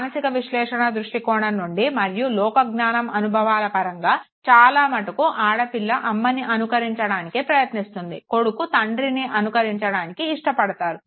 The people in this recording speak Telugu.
మానసిక విశ్లేషణ దృష్టికోణం నుండి మరియు లోకజ్ఞానం అనుభవాల పరంగా చాలామటుకు ఆడపిల్ల అమ్మని అనుకరించడానికి ప్రయత్నిస్తుంది కొడుకు తండ్రిని అనుకరించడానికి ఇష్టపడతాడు